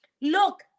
Look